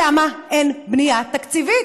למה אין בנייה תקציבית?